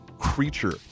creature